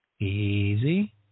Easy